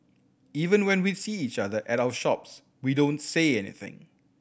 even when we see each other at our shops we don't say anything